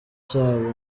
cyabo